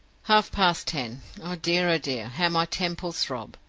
half-past ten oh, dear! oh, dear! how my temples throb,